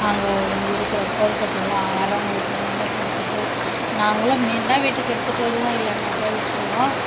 அங்கே இருக்கிற கொழுக்கட்டைலாம் வரவங்களுக்கு கொஞ்ச கொஞ்ச கொடுத்துட்டு நாங்களும் மீந்தால் வீட்டுக்கு எடுத்துகிட்டு வருவோம் இல்லைன்னாக்கா விட்டுருவோம்